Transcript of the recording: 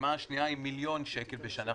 בפעימה השנייה ההכנסה חייבת היא מיליון שקלים בשנה.